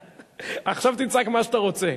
בדיוק, עכשיו תצעק מה שאתה רוצה.